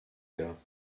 her